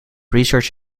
research